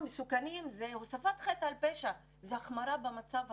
זה הוספת חטא על פשע, זה החמרה של המצב הקיים.